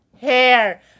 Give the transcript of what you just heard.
hair